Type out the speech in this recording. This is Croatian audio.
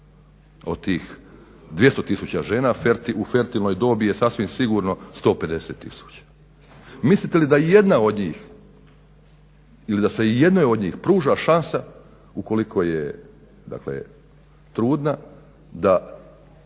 Od tih 200 tisuća žena u fertilnoj dobi sasvim je sigurno 150 tisuća. Mislite li da i jedna od njih ili da se ijednoj od njih pruža šansa ukoliko je trudna da